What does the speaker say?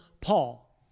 Paul